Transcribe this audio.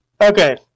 okay